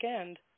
end